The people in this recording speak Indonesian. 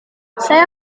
saya